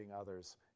others